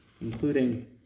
including